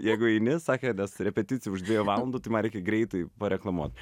jeigu eini sakė nes repeticija už dviejų valandų tai man reikia greitai pareklamuot